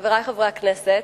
חברי חברי הכנסת,